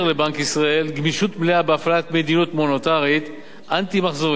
לבנק ישראל גמישות מלאה בהפעלת מדיניות מוניטרית אנטי-מחזורית.